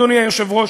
אדוני היושב-ראש,